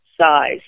size